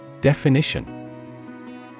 Definition